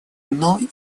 одной